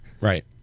Right